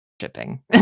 shipping